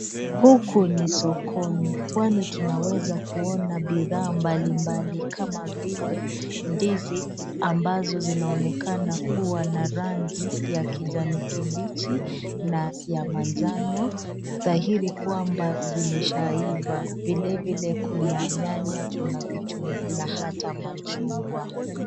Huku ni sokoni kwani tunaweza kuona bidhaa mbalimbali kama vile ndizi ambazo zinaonekana kua na rangi ya kijani kibichi na ya manjano dhahiri kwamba zimesha iva , vile vile kuna nyanya, kuna vitunguu na hata machungwa.